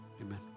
Amen